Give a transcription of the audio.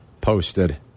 posted